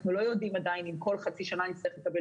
אנחנו לא יודעים עדיין אם כל חצי שנה נצטרך לקבל